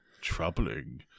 Troubling